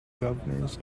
governors